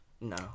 No